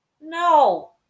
no